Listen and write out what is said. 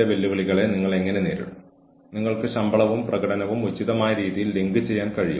കൂടാതെ മോശം പ്രകടനത്തിന് ജീവനക്കാരനെ അച്ചടക്കത്തിലാക്കേണ്ടതിന്റെ ആവശ്യകത കുറയും